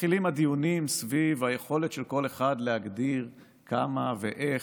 כשמתחילים הדיונים סביב היכולת של כל אחד להגדיר כמה ואיך,